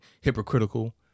hypocritical